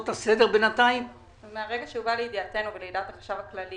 מהרגע שהובא לידיעתנו ולידיעת החשב הכללי